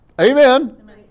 Amen